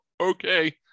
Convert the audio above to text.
okay